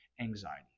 anxiety